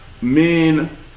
men